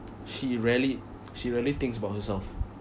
she rarely she rarely thinks about herself